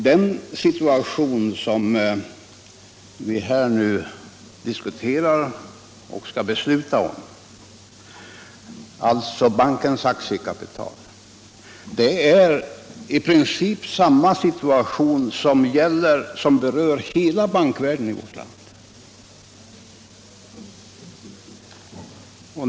Den fråga som vi nu diskuterar och skall fatta beslut om — en höjning av bankens aktiekapital — är i princip en fråga som är aktuell över hela bankvärlden i vårt land.